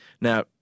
Now